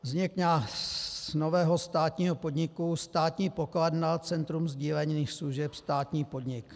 Vznik nového státního podniku Státní pokladna Centrum sdílených služeb, státní podnik.